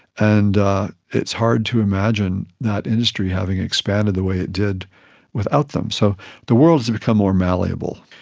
and it's hard to imagine that industry having expanded the way it did without them. so the world has become more malleable.